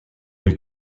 les